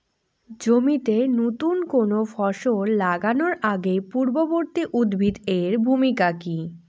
জমিতে নুতন কোনো ফসল লাগানোর আগে পূর্ববর্তী উদ্ভিদ এর ভূমিকা কি?